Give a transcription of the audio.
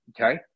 okay